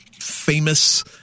Famous